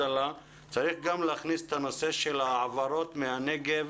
צריך גם להכניס את הנושא של העברות מהנגב